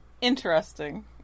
Interesting